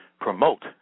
promote